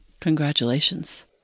congratulations